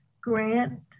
grant